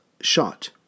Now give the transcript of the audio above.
shot